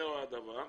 זהו הדבר.